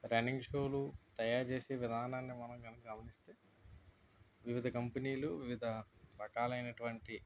running షూలు తయారు చేసే విధానాన్ని మనం కనుక గమనిస్తే వివిధ కంపెనీలు వివిధ రకాలైనటువంటి